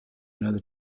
another